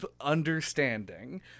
understanding